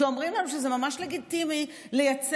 שאומרים לנו שזה ממש לגיטימי לייצר